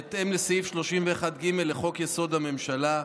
בהתאם לסעיף 31(ג) לחוק-יסוד: הממשלה,